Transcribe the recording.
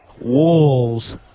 wolves